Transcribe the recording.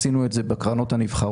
עשינו את זה בקרנות הנבחרות.